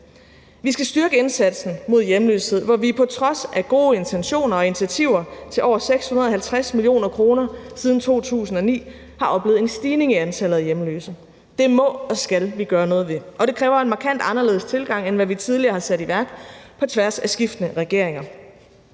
Vi skal styrke indsatsen mod hjemløshed, hvor vi på trods af gode intentioner og initiativer til over 650 mio. kr. siden 2009 har oplevet en stigning i antallet af hjemløse. Det må og skal vi gøre noget ved, og det kræver en markant anderledes tilgang end det, vi tidligere har sat i værk på tværs af skiftende regeringer.